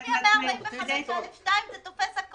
אבל אם מופיע 145(א)(2) זה תופס הכול.